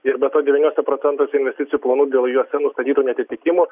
ir be to devyniuose procentuose investicijų planų dėl juose nustatytų neatitikimų